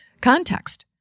context